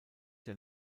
der